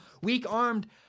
Weak-armed